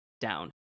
down